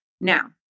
Now